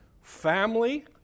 family